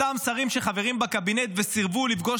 אותם שרים שחברים בקבינט וסירבו לפגוש